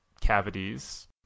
cavities